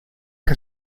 que